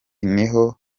niho